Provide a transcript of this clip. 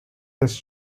this